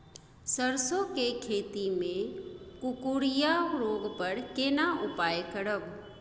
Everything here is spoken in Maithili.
सरसो के खेती मे कुकुरिया रोग पर केना उपाय करब?